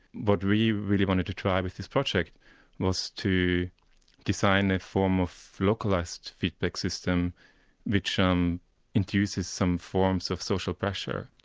what we really wanted to try with this project was to design a form of localised feedback system which um enthuses some forms of social pressure.